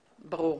ברור.